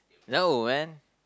no man